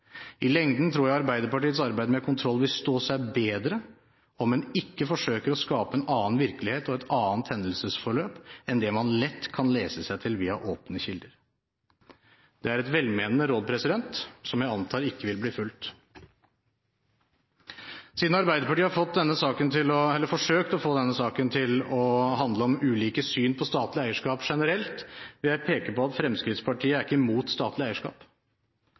I lengden tror jeg Arbeiderpartiets arbeid med kontroll vil stå seg bedre på om en ikke forsøker å skape en annen virkelighet og et annet hendelsesforløp enn det man lett kan lese seg til via åpne kilder. Det er et velmenende råd, som jeg antar ikke vil bli fulgt. Siden Arbeiderpartiet har forsøkt å få denne saken til å handle om ulike syn på statlig eierskap generelt, vil jeg peke på at Fremskrittspartiet ikke er imot statlig eierskap.